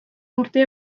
urte